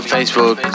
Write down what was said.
Facebook